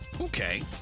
Okay